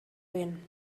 win